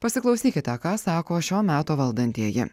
pasiklausykite ką sako šio meto valdantieji